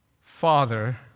Father